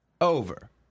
over